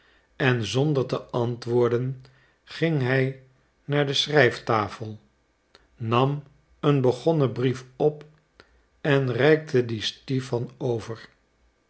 en zonder te antwoorden ging hij naar de schrijftafel nam een begonnen brief op en reikte dien stipan over